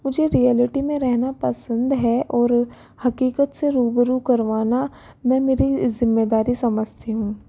मुझे रिऐलिटि में रहना पसंद है और हक़ीक़त से रूबरू करवाना मैं मेरी जिम्मेदारी समझती हूँ